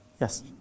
Yes